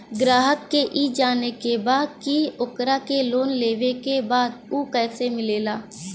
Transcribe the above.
ग्राहक के ई जाने के बा की ओकरा के लोन लेवे के बा ऊ कैसे मिलेला?